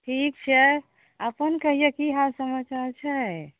ठीक छै अपन कहियौ की हाल समाचार छै